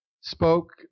spoke